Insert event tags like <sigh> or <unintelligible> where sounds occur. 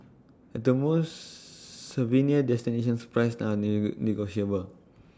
at the most souvenir destinations price <unintelligible> negotiable